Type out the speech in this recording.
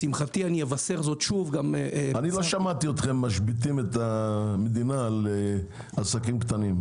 לשמחתי אבשר שוב- -- לא שמעתי אתכם משביתים את המדינה על עסקים קטנים.